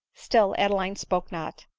still adeline spoke not.